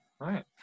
right